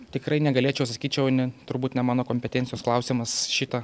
tikrai negalėčiau sakyčiau ne turbūt ne mano kompetencijos klausimas šitą